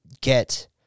get